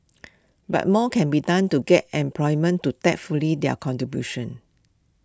but more can be done to get employment to tap fully their contributions